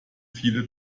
viele